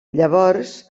llavors